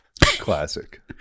Classic